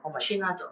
oh my